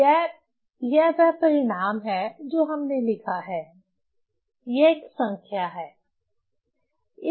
यह यह वह परिणाम है जो हमने लिखा है यह एक संख्या है